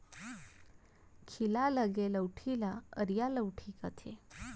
खीला लगे लउठी ल अरिया लउठी कथें